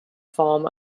forms